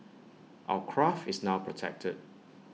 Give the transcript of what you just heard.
our craft is now protected